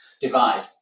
divide